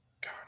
God